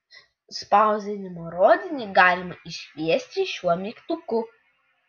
spausdinimo rodinį galima iškviesti šiuo mygtuku